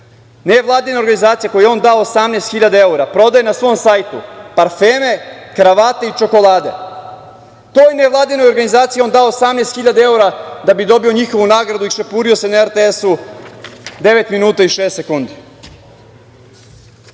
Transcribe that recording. ovo. Nevladina organizacija za koju je on dao 18.000 evra prodaje na svom sajtu parfeme, kravate i čokolade. Toj nevladinoj organizaciji on je dao 18.000 evra da bi dobio njihovu nagradu i šepurio se na RTS-u devet minuta i šest sekundi. Sada